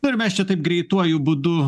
nu ir mes čia taip greituoju būdu